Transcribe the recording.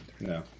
No